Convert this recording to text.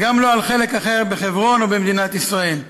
וגם לא על חלק אחר בחברון או במדינת ישראל.